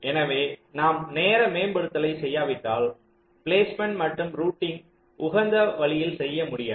எனவே நாம் நேர மேம்படுத்துதலை செய்யாவிட்டால் பிலேஸ்மேன்ட் மற்றும் ரூட்டிங் உகந்த வழியில் செய்ய முடியாது